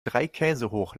dreikäsehoch